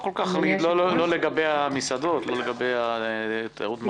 לא לגבי המסעדות, לא לגבי תיירות מרפא.